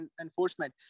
enforcement